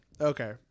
Okay